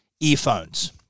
Earphones